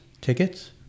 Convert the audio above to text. tickets